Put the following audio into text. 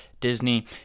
Disney